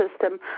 system